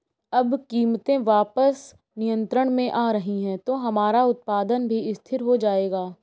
अब कीमतें वापस नियंत्रण में आ रही हैं तो हमारा उत्पादन भी स्थिर हो जाएगा